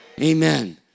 Amen